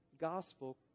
gospel